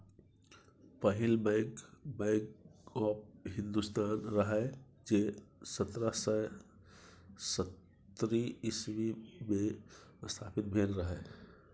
पहिल bank, bank of Hindustan रहय जे सतरह सय सत्तरि इस्बी मे स्थापित भेल रहय